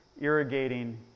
irrigating